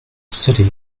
city